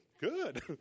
good